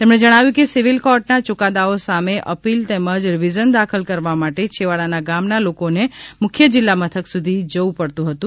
તેમણે જણાવ્યું છે કે સિવિલ કોર્ટ ના ચુકાદાઓ સામે અપીલ તેમજ રીવીઝન દાખલ કરવા માટે છેવાડાના ગામના લોકોને મુખ્ય જિલ્લા મથક સુધી જવું પડતું હતું